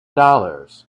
dollars